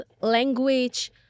language